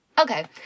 Okay